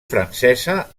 francesa